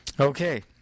Okay